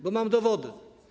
Bo mam dowody.